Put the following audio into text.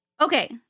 Okay